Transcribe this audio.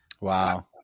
Wow